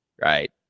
right